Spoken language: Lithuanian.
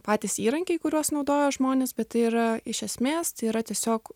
patys įrankiai kuriuos naudojo žmonės bet tai yra iš esmės tai yra tiesiog